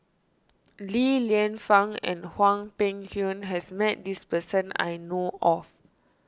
Li Lienfung and Hwang Peng Yuan has met this person I know of